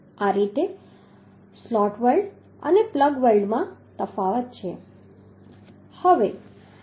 આ રીતે slot weld અને પ્લગ વેલ્ડમાં તફાવત છે